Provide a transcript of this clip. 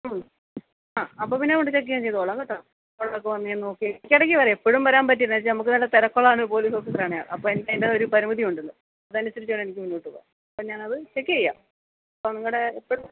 ആ അപ്പം പിന്നവിടെ ചെക്ക് ഞാൻ ചെയ്തോളാം കേട്ടോ അരൊക്കെ വന്നതിന് നോക്കി ഇടക്കിടക്ക് വരാം എപ്പോഴും വരാൻ പറ്റില്ല എന്ന്വെച്ചാൽ നമുക്ക് നല്ല തിരക്കുള്ള ഒരു പോലീസ് ഓഫീസറാണ് അപ്പം എനിക്കതിന്റെ ഒരു പരിമിതി ഉണ്ടല്ലോ അതനുസരിച്ച് വേണം എനിക്ക് മുന്നോട്ട് പോവാൻ അപ്പം ഞാനത് ചെക്ക് ചെയ്യാം അപ്പം നിങ്ങളുടെ ഇപ്പം